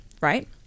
Right